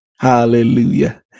hallelujah